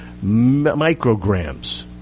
micrograms